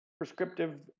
Prescriptive